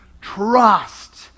Trust